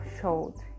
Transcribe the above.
showed